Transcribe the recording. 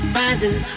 rising